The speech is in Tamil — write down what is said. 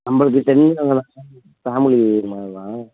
நம்பளுக்குத் தெரிஞ்சவங்க தான் சார் ஃபேமிலி மாதிரி தான்